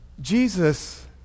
Jesus